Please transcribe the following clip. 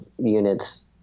units